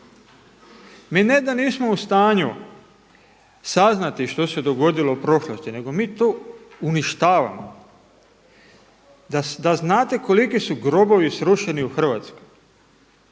Mi ne da nismo u stanju saznati što se dogodilo u prošlosti, nego mi to uništavamo. Da znate koliki su grobovi srušeni u Hrvatskoj,